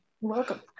welcome